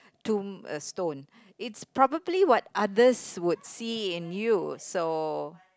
tomb uh stone it's probably what others would see in you so